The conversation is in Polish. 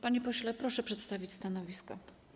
Panie pośle, proszę przedstawić stanowisko.